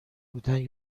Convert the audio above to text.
بودن